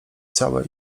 całe